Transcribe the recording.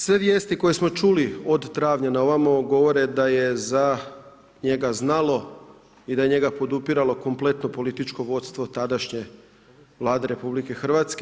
Sve vijesti koje smo čuli od travnja na ovamo govore da je za njega znalo i da je njega podupiralo kompletno političko vodstvo tadašnje Vlade RH.